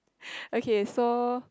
okay so